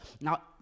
Now